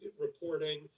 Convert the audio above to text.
reporting